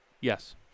Yes